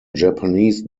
japanese